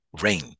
rain